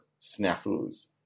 snafus